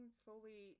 slowly